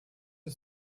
się